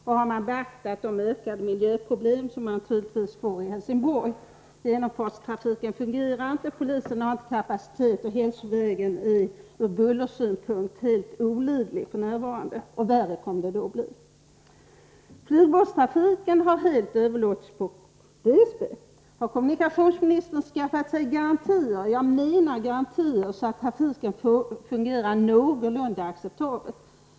Och har man beaktat de ökade miljöproblem som man tydligen får i Helsingborg? Genomfartstrafiken fungerar inte, polisen har inte kapacitet, Hälsovägen är ur bullersynpunkt helt olidlig f.n. — och värre kommer det att bli. Flygbåtstrafiken har helt överlåtits på DSB. Har kommunikationsministern skaffat sig garantier — jag menar garantier — för att trafiken skall fungera någorlunda acceptabelt?